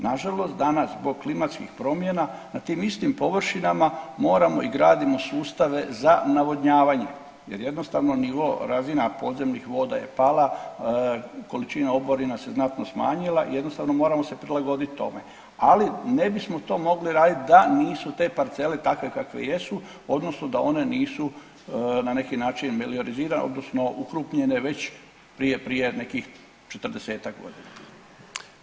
Nažalost, danas zbog klimatskih promjena na tim istim površinama moramo i gradimo sustave za navodnjavanje jer jednostavno nivo i razina podzemnih voda je pala, količina oborina se znatno smanjila i jednostavno moramo se prilagodit tome, ali ne bismo to mogli radit da nisu te parcele takve kakve jesu odnosno da one nisu na neki način meliorizirane odnosno ukrupnjene već prije prije nekih 40-tak godina.